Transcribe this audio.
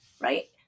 right